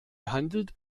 handelt